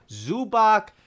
Zubak